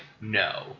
no